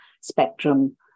spectrum